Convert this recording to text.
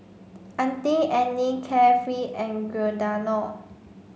Auntie Anne Carefree and Giordano